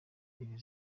iri